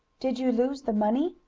did you lose the money?